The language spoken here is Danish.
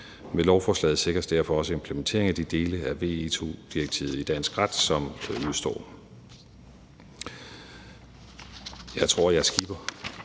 Med lovforslaget sikres derfor også implementering af de dele af VE II-direktivet i dansk ret, som udestår. Jeg tror, jeg skipper